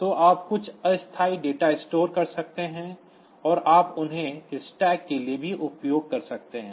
तो आप कुछ अस्थायी डेटा स्टोर कर सकते हैं और आप उन्हें स्टैक के लिए भी उपयोग कर सकते हैं